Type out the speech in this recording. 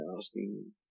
asking